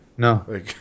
No